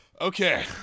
Okay